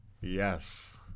yes